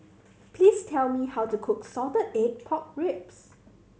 please tell me how to cook salted egg pork ribs